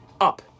up